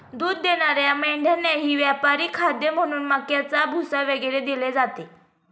दूध देणाऱ्या मेंढ्यांनाही व्यापारी खाद्य म्हणून मक्याचा भुसा वगैरे दिले जाते